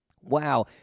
Wow